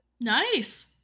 Nice